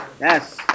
Yes